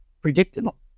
predictable